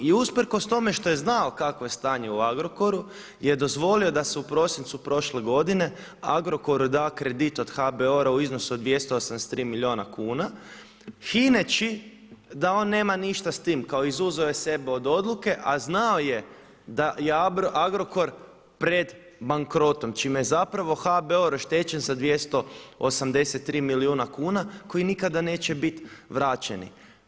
I usprkos tome što je znao kakvo je stanje u Agrokoru je dozvolio da se u prosincu prošle godine Agrokoru da kredit od HBOR-a u iznosu od 283 milijuna kuna, hineći da on nema ništa s tim, kao izuzeo je sebe iz odluke, a znao je da je Agrokor pred bankrotom, čime je HBOR oštećen za 283 milijuna kuna koji nikada neće biti vraćeni.